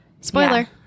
Spoiler